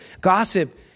gossip